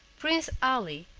prince ali,